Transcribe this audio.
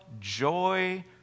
joy